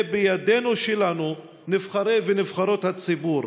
זה בידינו שלנו, נבחרי ונבחרות הציבור.